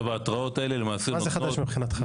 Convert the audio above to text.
מה זה חדש מבחינתך?